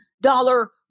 dollar